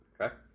Okay